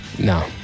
No